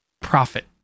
profit